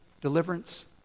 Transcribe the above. deliverance